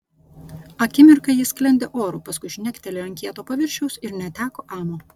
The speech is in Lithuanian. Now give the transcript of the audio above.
akimirką ji sklendė oru paskui žnektelėjo ant kieto paviršiaus ir neteko amo